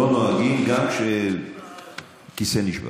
לא נוהגים כך גם כשכיסא נשבר.